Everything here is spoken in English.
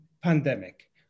pandemic